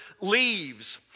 Leaves